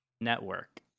network